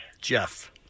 Jeff